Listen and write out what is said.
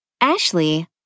Ashley